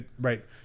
right